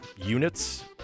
units